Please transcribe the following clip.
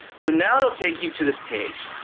so now it'll take you to this page.